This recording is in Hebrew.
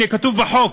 הנה, כתוב בחוק: